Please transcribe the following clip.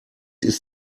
ist